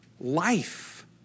life